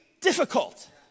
difficult